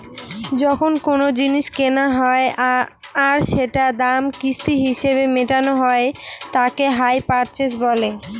যখন কোনো জিনিস কেনা হয় আর সেটার দাম কিস্তি হিসেবে মেটানো হয় তাকে হাই পারচেস বলে